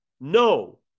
No